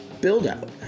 build-out